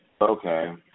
Okay